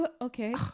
Okay